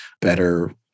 better